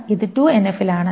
ഇത് 2 NF ൽ ആണ്